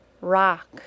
rock